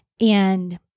And-